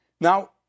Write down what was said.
Now